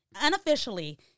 unofficially